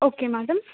okay madam